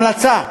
המלצה: